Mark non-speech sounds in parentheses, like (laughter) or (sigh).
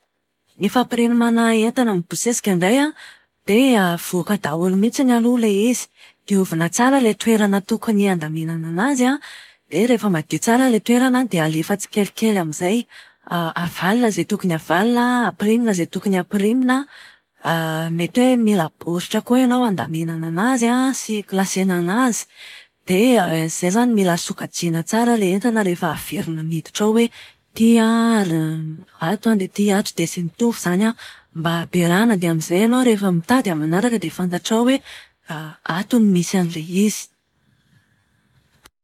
Ny fampirimana entana mibosesika indray an, dia avoaka daholo mihitsy aloha ilay izy. Diovina tsara ilay toerana tokony handaminana anazy an, dia rehefa madio tsara ilay toerana dia alefa tsikelikely amin'izay. Avalona izay tokony avalona, ampiriminai zay tokony ampirimina. (hesitation) mety hoe mila baoritra koa ianao handaminana anazy an sy hi-kalsena anazy. Dia (hesitation) izay izany mila sokajiana tsara ilay entana rehefa averina miditra ao hoe ty an, (hesitation) ato dia ity ato dia izay mitovy izany mba ampiarahana dia amin'izay ianao rehefa mitady amin'ny manaraka dia fantatrao hoe ato no misy an'ilay izy.